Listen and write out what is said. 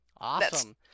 awesome